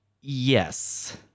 Yes